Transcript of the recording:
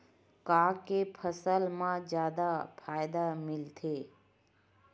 का के फसल मा जादा फ़ायदा मिलथे?